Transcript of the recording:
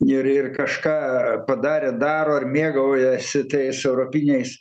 ir ir kažką padarė daro ar mėgaujasi tais europiniais